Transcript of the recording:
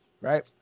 right